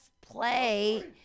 play